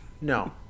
No